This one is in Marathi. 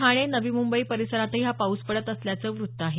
ठाणे नवी मुंबई परिसरातही हा पाऊस पडत असल्याचं वृत्त आहे